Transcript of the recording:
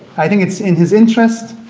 i think it's in his interest